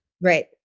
right